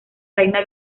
reina